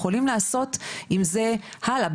יכולים לעשות עם זה הלאה,